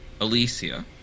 Alicia